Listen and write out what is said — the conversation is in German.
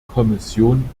kommission